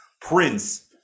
Prince